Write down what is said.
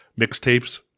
mixtapes